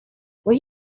will